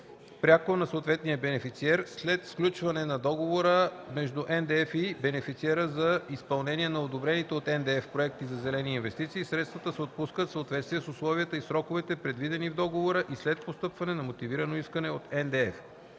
пряко на съответния бенефициер след сключване на договора между НДЕФ и бенефициер за изпълнение на одобрените от НДЕФ проекти за зелени инвестиции; средствата се отпускат в съответствие с условията и сроковете, предвидени в договора, и след постъпване на мотивирано искане от НДЕФ.